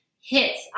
hits